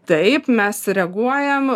taip mes reaguojam